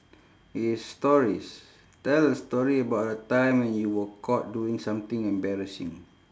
is stories tell a story about a time when you were caught doing something embarrassing